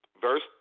Verse